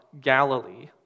Galilee